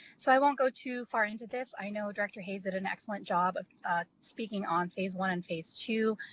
so i won't go too far into this. i know director hayes did an excellent job of speaking on phase one and phase two.